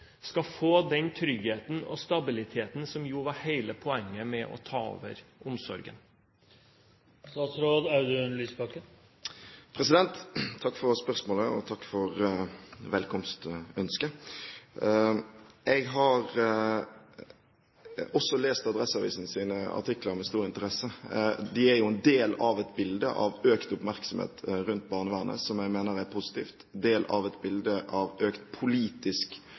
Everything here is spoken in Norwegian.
skal få den tryggheten og stabiliteten som jo var hele poenget med å ta over omsorgen? Takk for spørsmålet og takk for velkomstønsket. Jeg har også lest Adresseavisens artikler med stor interesse. De er jo en del av et bilde av økt oppmerksomhet rundt barnevernet, som jeg mener er positivt, del av et bilde av økt politisk